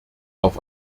auf